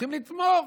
צריכים לתמוך.